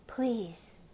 please